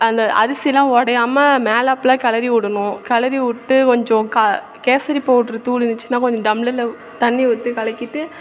அந்த அரிசிலாம் உடையாம மேலாப்ல கிளறி விடணும் கிளறி விட்டு கொஞ்சம் க கேசரி பவுடரு தூள் இருந்துச்சுன்னால் கொஞ்சம் டம்ளர்ல தண்ணி ஊற்றி கலக்கிட்டு